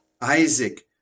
Isaac